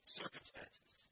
circumstances